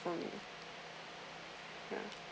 from